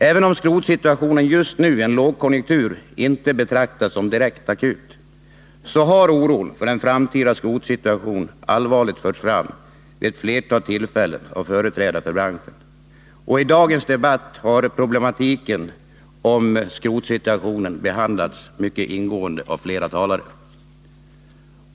Även om skrotsituationen just nu i en lågkonjunktur inte betraktas som direkt akut, så har oron för den framtida skrotsituationen allvarligt förts fram vid ett flertal tillfällen av företrädare för branschen. I dagens debatt har problematiken i fråga om skrotsituationen behandlats mycket ingående av flera talare.